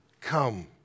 come